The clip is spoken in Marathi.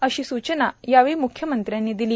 अशा सूचना यावेळी मुख्यमंत्र्यांनी दिल्या